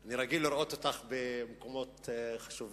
אני רגיל לראות אותך במקומות חשובים,